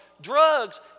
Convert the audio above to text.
drugs